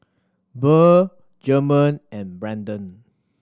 Burr German and Branden